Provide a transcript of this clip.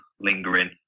lingering